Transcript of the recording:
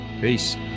Peace